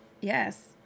Yes